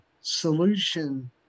solution